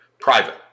Private